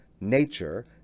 nature